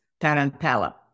Tarantella